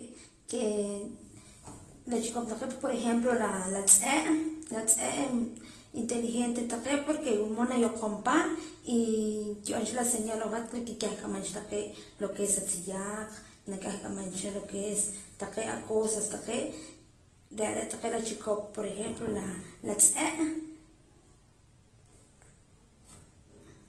Que la chikop taqee por ejemplo la tz'e' la tz'e' inteligente taqee' porque wula mood nayoqoom pa y kib'an cha la señal aweh hat de que kah kik'aman cha taqee' lo que es sa tziyaq na kaj k'amaan cha lo que es taqee' a cosas taqee' re' re' taqee' la chikop por ejemplo la tz'e'.